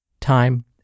time